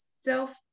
self